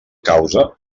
causa